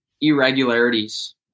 irregularities